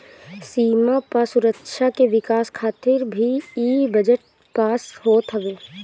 सीमा पअ सुरक्षा के विकास खातिर भी इ बजट पास होत हवे